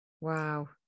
Wow